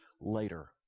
later